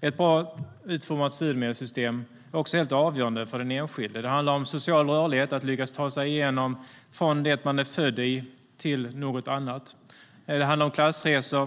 Ett bra utformat studiemedelssystem är också helt avgörande för den enskilde. Det handlar om social rörlighet - att lyckas ta sig från det man är född i till något annat. Det handlar om klassresor.